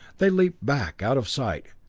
they leaped back, out of sight,